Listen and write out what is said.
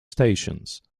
stations